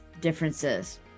differences